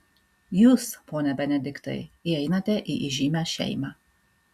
jūs pone benediktai įeinate į įžymią šeimą